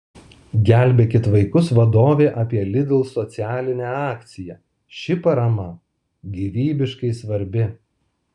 gelbėkit vaikus vadovė apie lidl socialinę akciją ši parama gyvybiškai svarbi